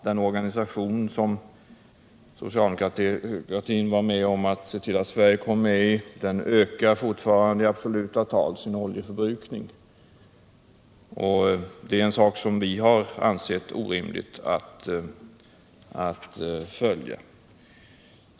Den organisation som socialdemokratin såg till att Sverige kom med i ökar fortfarande i absoluta tal sin oljeförbrukning. Det är en sak som vi ansett orimlig att fullfölja.